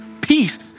peace